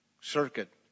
circuit